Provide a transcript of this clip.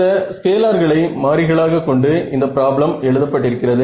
இந்த ஸ்கேலார்களை மாறிகளாக கொண்டு இந்த பிராப்ளம் எழுதப்பட்டிருக்கிறது